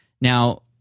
now